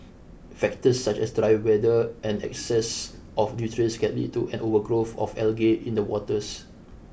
factors such as dry weather and excess of nutrients can lead to an overgrowth of algae in the waters